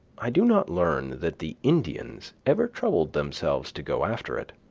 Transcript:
i do not learn that the indians ever troubled themselves to go after it.